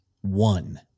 one